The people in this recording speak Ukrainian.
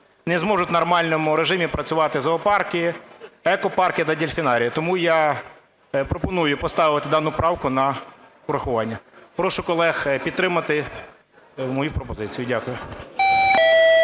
не зможуть в нормальному режимі працювати зоопарки, екопарки та дельфінарії. Тому я пропоную поставити дану правку на врахування. Прошу колег підтримати мою пропозицію. Дякую.